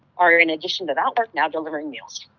are, in addition to that work, now delivering meals.